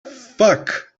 fuck